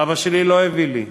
אבא שלי לא הביא לי.